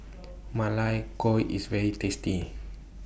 Ma Lai Gao IS very tasty